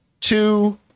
two